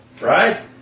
right